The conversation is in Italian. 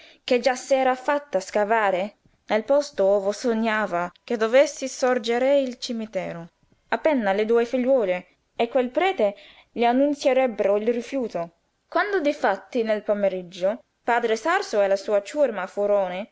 che già s'era fatta scavare nel posto ove sognava che dovesse sorgere il cimitero appena le due figliuole e quel prete gli annunzierebbero il rifiuto quando difatti nel pomeriggio padre sarso e la sua ciurma furono